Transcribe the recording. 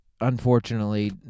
unfortunately